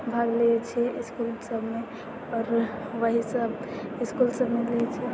भाग लेबै छिए इसकुल सबमे आओर वएहसब स्कूल सबमे लै छिए